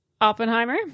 Oppenheimer